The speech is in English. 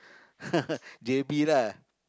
J_B lah